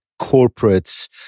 corporates